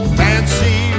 fancy